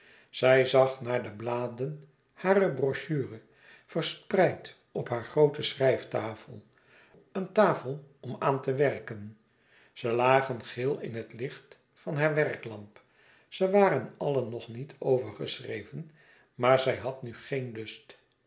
zij zag naar de bladen harer brochure verspreid op hare groote schrijftafel een tafel om aan te werken ze lagen geel in het licht van hare werklamp ze waren allen nog niet overgeschreven maar zij had nu geen lust